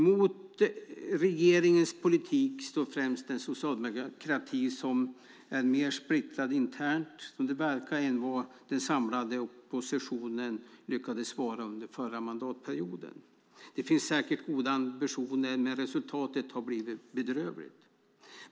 Mot regeringens politik står främst den socialdemokrati som är mer splittrad internt, som det verkar, än vad den samlade oppositionen lyckades vara under förra mandatperioden. Det finns säkert goda ambitioner, men resultatet har blivit bedrövligt.